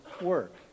work